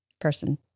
person